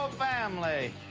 family.